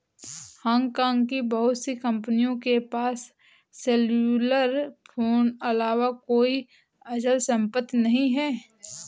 Hong Kong की बहुत सी कंपनियों के पास सेल्युलर फोन अलावा कोई अचल संपत्ति नहीं है